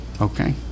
okay